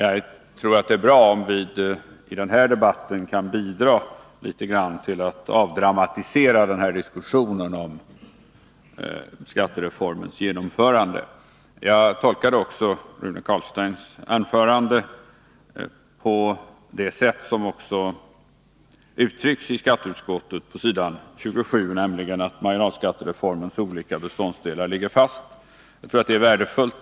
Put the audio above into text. Jag tror att det är bra om vi i denna debatt kan bidra till att avdramatisera denna diskussion om skattereformens genomförande. Jag tolkade också Rune Carlsteins anförande på det sättet, som också uttrycks i skatteutskottets betänkande s. 27, att marginalskattereformens olika delar ligger fast. Detta är värdefullt.